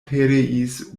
pereis